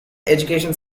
education